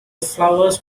flowers